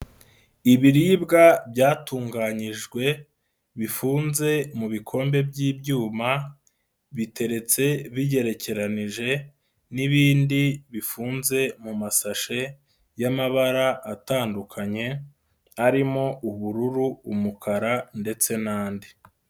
Ibiribwa byatunganyijwe bifunze mu bikombe by'ibyuma biteretse bigerekeranije n'ibindi bifunze mu masashe y'amabara atandukanye arimo: ubururu, umukara ndetse n'andi.